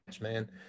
man